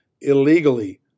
illegally